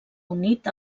unit